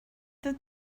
that